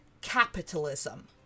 capitalism